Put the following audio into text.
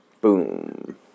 Boom